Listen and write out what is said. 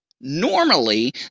Normally